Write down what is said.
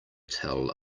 tell